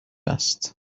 است